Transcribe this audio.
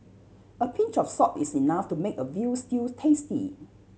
a pinch of salt is enough to make a veal stew tasty